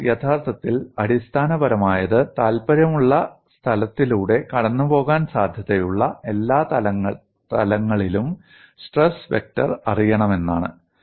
അതിനാൽ യഥാർത്ഥത്തിൽ അടിസ്ഥാനപരമായത് താൽപ്പര്യമുള്ള സ്ഥലത്തിലൂടെ കടന്നുപോകാൻ സാധ്യതയുള്ള എല്ലാ തലങ്ങളിലും സ്ട്രെസ് വെക്റ്റർ അറിയണമെന്നാണ്